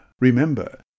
Remember